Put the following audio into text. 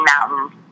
Mountains